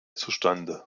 zustande